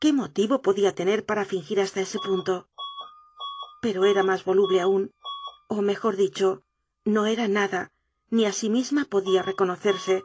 qué motivo podía tener para fingir hasta ese punto pero era más voluble aún o mejor dicho no era pada y ni a sí misma podía reconocerse